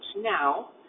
now